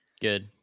Good